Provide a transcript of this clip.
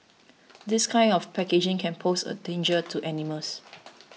this kind of packaging can pose a danger to animals